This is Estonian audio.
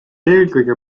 eelkõige